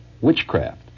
witchcraft